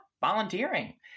volunteering